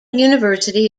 university